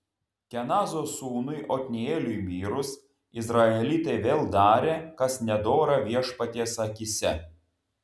kenazo sūnui otnieliui mirus izraelitai vėl darė kas nedora viešpaties akyse